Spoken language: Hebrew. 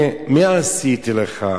מה עשיתי לך